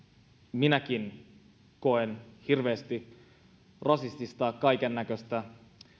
minäkin koen hirveästi kaikennäköistä rasistista